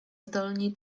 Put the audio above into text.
zdolni